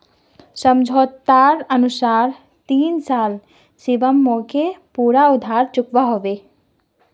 समझोतार अनुसार तीन साल शिवम मोक पूरा उधार चुकवा होबे